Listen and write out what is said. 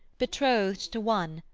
bethrothed to one,